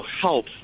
help